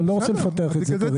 אני לא רוצה לפח את זה כרגע.